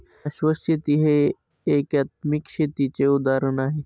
शाश्वत शेती हे एकात्मिक शेतीचे उदाहरण आहे